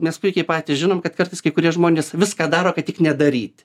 nes puikiai patys žinom kad kartais kai kurie žmonės viską daro kad tik nedaryt